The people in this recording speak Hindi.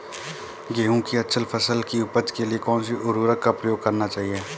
गेहूँ की अच्छी फसल की उपज के लिए कौनसी उर्वरक का प्रयोग करना चाहिए?